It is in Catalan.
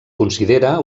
considera